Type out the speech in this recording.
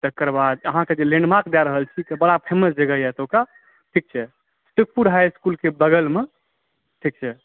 तकर बाद अहाँकेँ जे लैण्डमार्क दए रहल छी जे बड़ा फेमस जगह यऽ एतुका ठीक छै सुखपुर हाई इसकुलके बगलमे